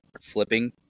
flipping